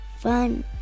fun